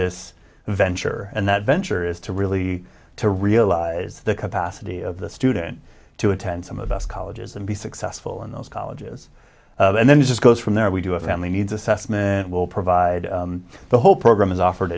this venture and that venture is to really to realize the capacity of the student to attend some of best colleges and be successful in those colleges and then just goes from there we do a family needs assessment will provide the whole program is offered